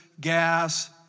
gas